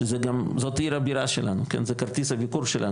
שזאת עיר הבירה שלנו, זה כרטיס הביקור שלנו.